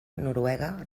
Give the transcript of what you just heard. noruega